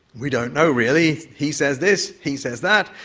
we don't know really, he says this, he says that,